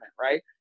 right